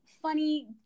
funny